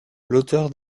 l’auteur